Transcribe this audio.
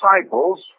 disciples